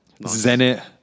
Zenit